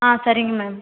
ஆ சரிங்க மேம்